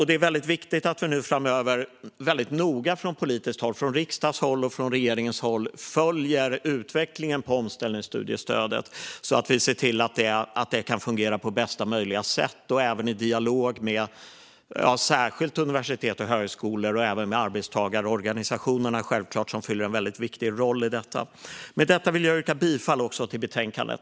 Det är viktigt att vi framöver väldigt noga från politiskt håll - från riksdagens håll och från regeringens håll - följer utvecklingen när det gäller omställningsstudiestödet, så att vi ser till att det fungerar på bästa möjliga sätt. Detta ska även göras i dialog med särskilt universitet och högskolor och självklart med arbetstagarorganisationerna, som har en väldigt viktig roll i detta. Med detta vill jag yrka bifall till utskottets förslag i betänkandet.